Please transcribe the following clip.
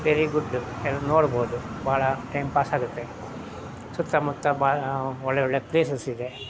very good ಎಲ್ಲಿ ನೋಡ್ಬೋದು ಬಹಳ ಟೈಮ್ ಪಾಸ್ ಆಗುತ್ತೆ ಸುತ್ತಮುತ್ತ ಭಾಳ ಒಳ್ಳೆ ಒಳ್ಳೆ ಪ್ಲೇಸಸ್ಸಿದೆ